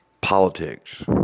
politics